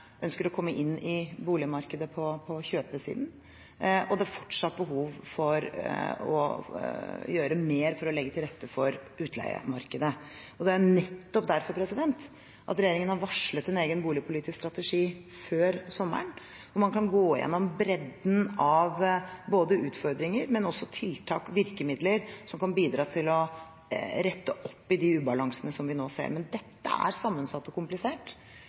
ønsker å komme inn i boligmarkedet på kjøpersiden, og det er fortsatt behov for å gjøre mer for å legge til rette for utleiemarkedet. Det er nettopp derfor at regjeringen har varslet en egen boligpolitisk strategi før sommeren, hvor man kan gå gjennom bredden av både utfordringer og tiltak, virkemidler, som kan bidra til å rette opp i de ubalansene som vi nå ser, men dette er sammensatt og komplisert.